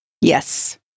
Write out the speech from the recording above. Yes